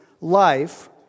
life